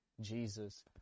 Jesus